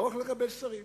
לא רק לקבל שרים